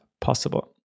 possible